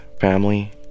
family